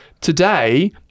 Today